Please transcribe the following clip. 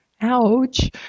ouch